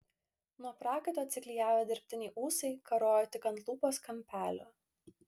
nuo prakaito atsiklijavę dirbtiniai ūsai karojo tik ant lūpos kampelio